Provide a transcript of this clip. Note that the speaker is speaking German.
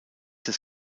des